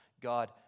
God